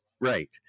Right